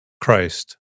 Christ